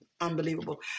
unbelievable